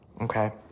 okay